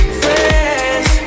friends